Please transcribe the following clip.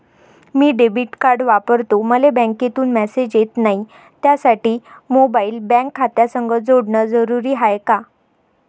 मी debit card वापरतो मले बँकेतून मॅसेज येत नाही, त्यासाठी मोबाईल बँक खात्यासंग जोडनं जरुरी हाय का?